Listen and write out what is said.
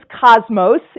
cosmos